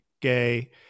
gay